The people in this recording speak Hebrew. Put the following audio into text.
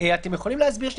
אתם יכולים להסביר?